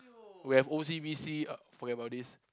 we have O_C_B_C uh forget about this